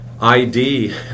ID